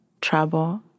trouble